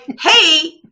hey